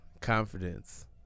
confidence